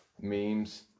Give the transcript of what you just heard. memes